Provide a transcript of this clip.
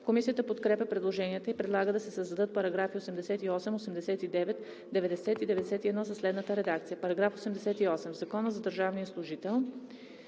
Комисията подкрепя предложението и предлага да се създадат параграфи 88, 89, 90 и 91 със следната редакция: „§ 88. В Закона за държавния служител